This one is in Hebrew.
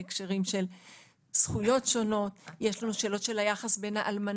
שאלת רצונו של האדם.